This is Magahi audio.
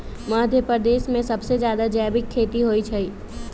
मध्यप्रदेश में सबसे जादा जैविक खेती होई छई